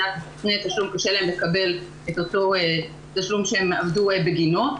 קשה להן לקבל את אותו תשלום שהן עבדו בגינו.